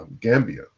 gambia